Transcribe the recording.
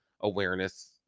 Awareness